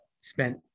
spent